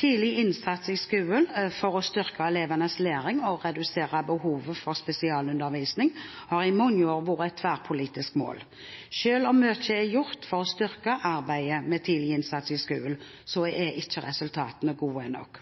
Tidlig innsats i skolen for å styrke elevenes læring og redusere behovet for spesialundervisning har i mange år vært et tverrpolitisk mål. Selv om mye er gjort for å styrke arbeidet med tidlig innsats i skolen, er ikke resultatene gode nok.